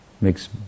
makes